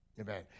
Amen